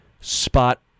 spot